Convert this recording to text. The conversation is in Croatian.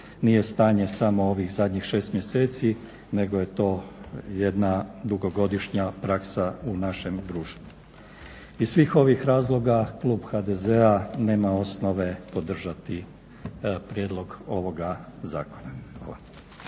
nije stanje samo ovih zadnjih 6 mjeseci, nego je to jedna dugogodišnja praksa u našem društvu. Iz svih ovih razloga klub HDZ-a nema osnove podržati prijedlog ovoga zakona. Hvala.